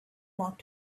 walked